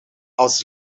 als